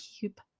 keep